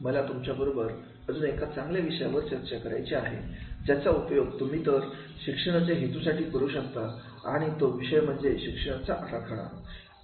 मला तुमच्याबरोबर अजून एका चांगल्या विषयावर चर्चा करायची आहे ज्याचा उपयोग तुम्ही तर शिक्षणाच्या हेतूसाठी करू शकत आणि तो विषय म्हणजे आराखडा विचार